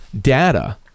data